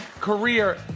career